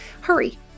Hurry